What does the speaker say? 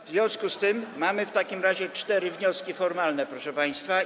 W związku z tym mamy w takim razie cztery wnioski formalne, proszę państwa.